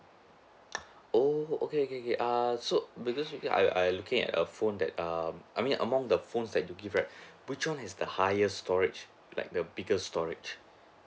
oo okay okay okay err so because maybe I I looking at a phone that um I mean among the phones that you give right which [one] has the highest storage like the bigger storage